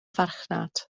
farchnad